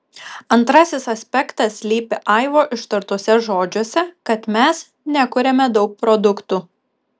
antrasis aspektas slypi aivo ištartuose žodžiuose kad mes nekuriame daug produktų